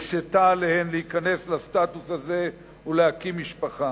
הקשתה עליהן להיכנס לסטטוס הזה ולהקים משפחה,